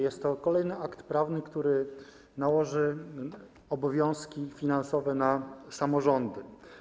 Jest to kolejny akt prawny, który nałoży obowiązki finansowe na samorządy.